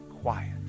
quiet